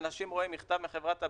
אנשים רואים מכתב מחברת הביטוח,